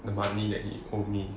the money that he owe me